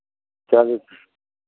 चलो ठीक